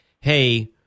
hey –